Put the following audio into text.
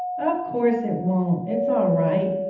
of course it won't it's all right.